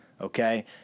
okay